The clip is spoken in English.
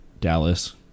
Dallas